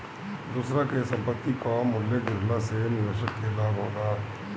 दूसरा के संपत्ति कअ मूल्य गिरला से निवेशक के लाभ होला